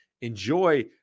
Enjoy